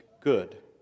good